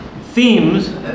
themes